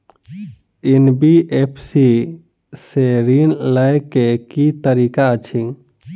NBFC सँ ऋण लय केँ की तरीका अछि?